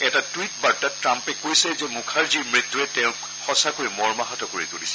এটা টুইট বাৰ্তাত ট্ৰাম্পে কৈছে যে মুখাৰ্জীৰ মৃত্যুৱে তেওঁক সঁচাকৈ মৰ্মাহত কৰি তুলিছে